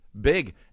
Big